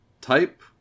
Type